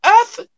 earth